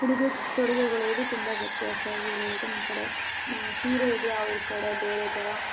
ಉಡುಗೆ ತೊಡುಗೆಗಳದೂ ತುಂಬ ವ್ಯತ್ಯಾಸ ಏನಿರುತ್ತೆ ನಮ್ಮ ಕಡೆ ಸೀರೆ ಇದೆ ಅವ್ರ ಕಡೆ ಬೇರೆ ಥರ